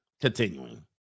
Continuing